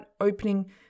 opening